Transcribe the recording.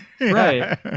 Right